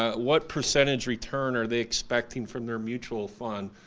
ah what percentage return are they expecting from their mutual fund.